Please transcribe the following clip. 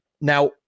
Now